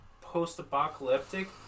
post-apocalyptic